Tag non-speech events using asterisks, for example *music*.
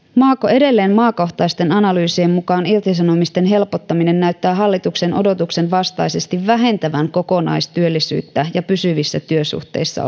edelleen maakohtaisten analyysien mukaan irtisanomisten helpottaminen näyttää hallituksen odotuksen vastaisesti vähentävän kokonaistyöllisyyttä ja pysyvissä työsuhteissa *unintelligible*